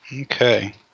Okay